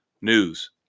News